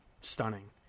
stunning